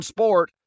Sport